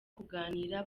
kuganira